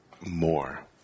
more